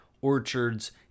orchards